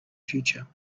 future